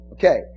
Okay